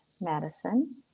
Madison